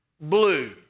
blue